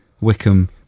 Wickham